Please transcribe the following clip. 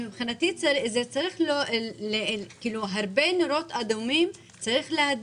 זה צריך להדליק הרבה נורות אדומות.